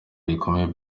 yikomye